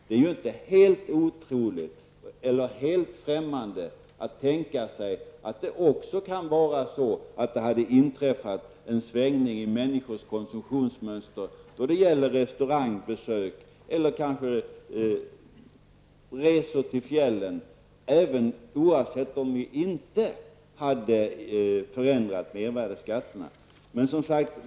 Det är inte helt otroligt eller främmande att tänka sig att det också har inträffat en svängning i människors konsumtionsmönster när det gäller restaurangbesök eller resor till fjällen oavsett om vi förändrat mervärdeskatterna eller inte.